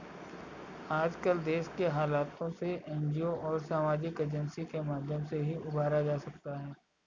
आजकल देश के हालातों से एनजीओ और सामाजिक एजेंसी के माध्यम से ही उबरा जा सकता है